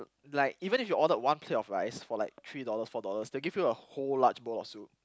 like even if you order one plate of rice for like three dollars four dollars they will give you a whole large bowl of soup